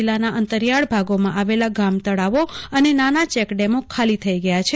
જીલ્લાના અંતરિયાળ ભાગીમાં આવેલા ગામ તળાવો અને નાના ચેકડેમો ખાલી થઇ ગયા છે